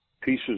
pieces